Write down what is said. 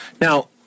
Now